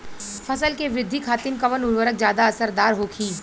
फसल के वृद्धि खातिन कवन उर्वरक ज्यादा असरदार होखि?